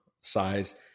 size